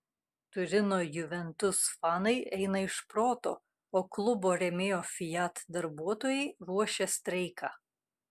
turino juventus fanai eina iš proto o klubo rėmėjo fiat darbuotojai ruošia streiką